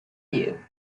you